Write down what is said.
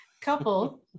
couple